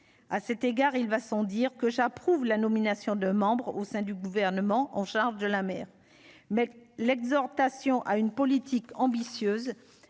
à cet égard, il va sans dire que j'approuve la nomination de membres au sein du gouvernement en charge de la mer, mais l'exhortation à une politique ambitieuse